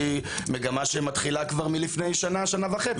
שהיא מגמה שמתחילה כבר לפני שנה-שנה וחצי.